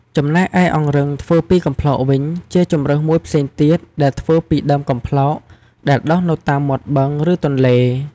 ចំណែកឯអង្រឹងធ្វើពីកំប្លោកវិញជា ជម្រើសមួយផ្សេងទៀតដែលធ្វើពីដើមកំប្លោកដែលដុះនៅតាមមាត់បឹង ឬទន្លេ។